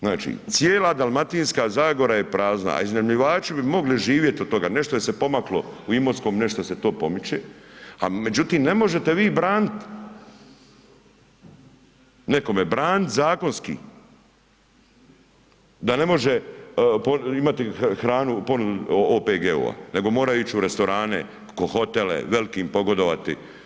Znači cijela Dalmatinska zagora je prazna a iznajmljivači bi mogli živjet od toga, nešto se pomaklo u Imotskom, nešto se to pomiče međutim ne možete vi branit nekome, branit zakonski da ne može imati hranu u ponudi OPG-ova nego moraju ić u restorane, hotele, velikim pogodovati.